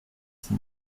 six